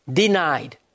denied